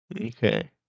Okay